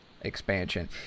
expansion